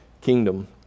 kingdom